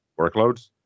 workloads